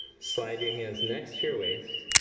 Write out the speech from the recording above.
slide your hands next to your waist.